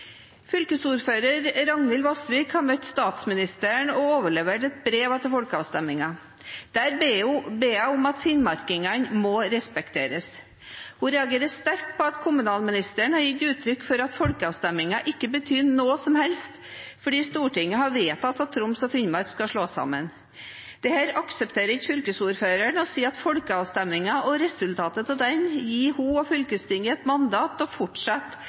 Fylkesordfører Ragnhild Vassvik har møtt statsministeren og overlevert et brev etter folkeavstemningen. Der ber hun om at finnmarkingene må respekteres. Hun reagerer sterkt på at kommunalministeren har gitt uttrykk for at folkeavstemningen ikke betyr noe som helst, fordi Stortinget har vedtatt at Troms og Finnmark skal slås sammen. Dette aksepterer ikke fylkesordføreren og sier at folkeavstemningen og resultatet av den gir henne og fylkestinget et mandat til å fortsette